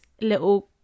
little